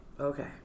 Okay